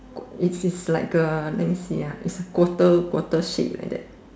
it's it's like a let me see ah its quarter quarter shape like that